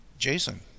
Jason